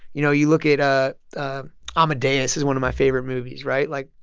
you know, you look at ah amadeus is one of my favorite movies, right? like,